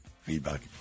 Feedback